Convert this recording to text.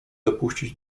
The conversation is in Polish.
dopuścić